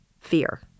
fear